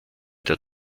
der